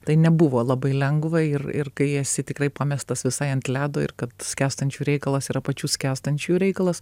tai nebuvo labai lengva ir ir kai esi tikrai pamestas visai ant ledo ir kad skęstančiųjų reikalas yra pačių skęstančiųjų reikalas